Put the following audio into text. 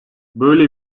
böyle